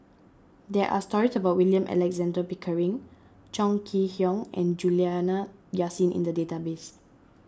there are stories about William Alexander Pickering Chong Kee Hiong and Juliana Yasin in the database